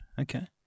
okay